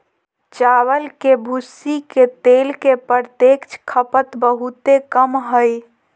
चावल के भूसी के तेल के प्रत्यक्ष खपत बहुते कम हइ